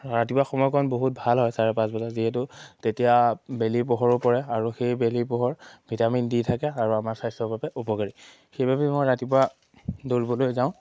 ৰাতিপুৱা সময়কণ বহুত ভাল হয় চাৰে পাঁচ বজা যিহেতু তেতিয়া বেলি পোহৰো পৰে আৰু সেই বেলি পোহৰ ভিটামিন দি থাকে আৰু আমাৰ স্বাস্থ্যৰ বাবে উপকাৰী সেইবাবে মই ৰাতিপুৱা দৌৰিবলৈ যাওঁ